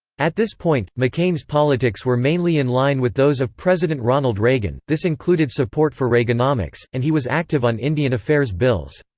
at this point, mccain's politics were mainly in line with those of president ronald reagan this included support for reaganomics, and he was active on indian affairs bills.